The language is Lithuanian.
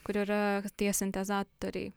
kur yra tie sintezatoriai